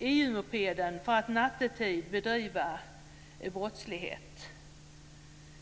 EU-mopeder för att bedriva brottslighet nattetid.